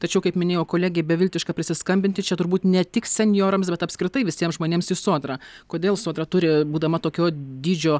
tačiau kaip minėjo kolegė beviltiška prisiskambinti čia turbūt ne tik senjorams bet apskritai visiems žmonėms į sodrą kodėl sodra turi būdama tokio dydžio